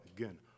Again